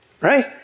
right